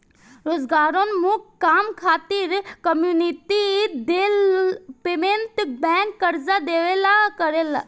रोजगारोन्मुख काम खातिर कम्युनिटी डेवलपमेंट बैंक कर्जा देवेला करेला